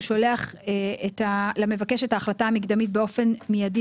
הוא שולח למבקש את ההחלטה המקדמית באופן מיידי